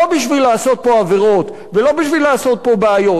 לא בשביל לעשות פה עבירות ולא בשביל לעשות פה בעיות,